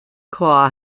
claw